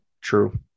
true